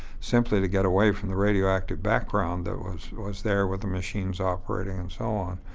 simply to get away from the radioactive background that was was there with the machines operating and so on.